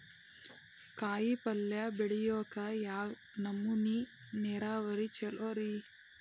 ಕಾಯಿಪಲ್ಯ ಬೆಳಿಯಾಕ ಯಾವ್ ನಮೂನಿ ನೇರಾವರಿ ಛಲೋ ರಿ?